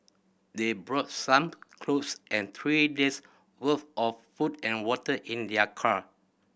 they brought some clothes and three days' worth of food and water in their car